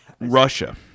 Russia